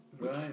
Right